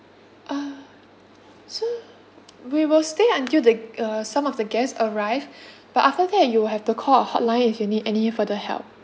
uh so we will stay until the uh some of the guest arrive but after that you will have to call a hotline if you need any further help